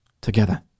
Together